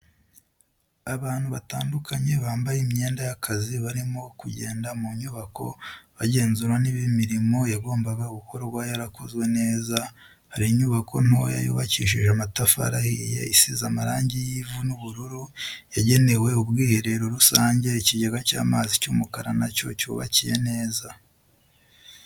Abantu batandukanye bambaye imyenda y'akazi barimo kugenda mu nyubako bagenzura niba imirimo yagombaga gukorwa yarakozwe neza, hari inyubako ntoya yubakishije amatafari ahiye isize amarangi y'ivu n'ubururu yagenewe ubwiherero rusange ikigega cy'amazi cy'umukara nacyo cyubakiye neza.